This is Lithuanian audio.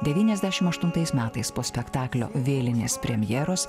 devyniasdešimt aštuntais metais po spektaklio vėlinės premjeros